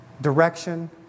direction